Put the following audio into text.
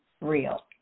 real